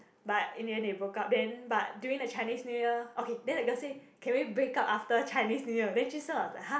but in the end they broke up then but during the Chinese New Year okay then the girl say can we break up after Chinese New Year then jun sheng was like !huh!